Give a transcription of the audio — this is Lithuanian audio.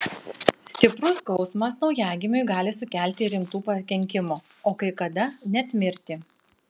stiprus skausmas naujagimiui gali sukelti rimtų pakenkimų o kai kada net mirtį